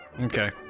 Okay